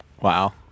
Wow